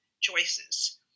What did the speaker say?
choices